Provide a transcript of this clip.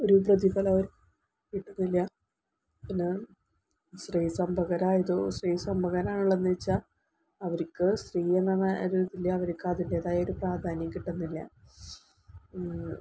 ഒരു പ്രതിഫലം അവർക്ക് കിട്ടുന്നില്ല പിന്നെ സ്ത്രീ സംരംഭകർ ആയതു സ്ത്രീ സംരംഭകരാണല്ലോയെന്നു വച്ചാൽ അവർക്ക് സ്ത്രീ എന്ന ഒരുതിൽ അവർക്ക് അതിന്റേതായ ഒരു പ്രാധാന്യം കിട്ടുന്നില്ല